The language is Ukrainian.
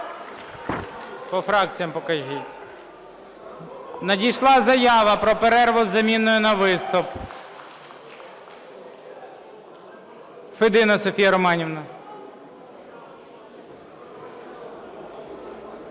Надійшла заява про перерву із заміною на виступ. Федина Софія Романівна.